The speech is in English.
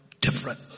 different